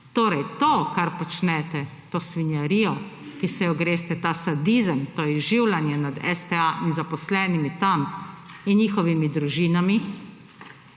Torej, to kar počnete, to svinjarijo, ki se jo greste, ta sadizem, to izživljanjem nad STA in zaposlenimi tam in njihovimi družinami,